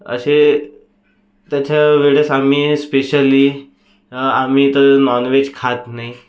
असे त्याच्या वेळेस आम्ही स्पेशली आम्ही तर नॉनव्हेज खात नाही